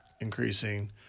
increasing